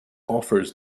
offers